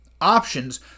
options